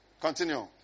continue